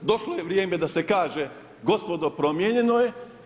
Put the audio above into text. Došlo je vrijeme da se kaže gospodo promijenjeno je.